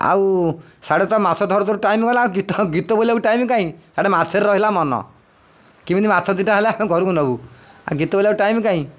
ଆଉ ସାଢ଼େ ତ ମାସ ଧରୁଧରୁ ଟାଇମ୍ ଗଲା ଗୀତ ବୋଇଲାକୁ ଟାଇମ୍ କାଇଁ ହାଡ଼େ ମାଛେରେ ରହିଲା ମନ କେମିତି ମାଛ ଦୁଇଟା ହେଲା ଆମେ ଘରକୁ ନବୁ ଆଉ ଗୀତ ବୋଇଲାକୁ ଟାଇମ୍ କାଇଁ